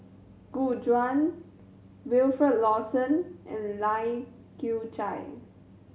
Gu Juan Wilfed Lawson and Lai Kew Chai